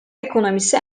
ekonomisi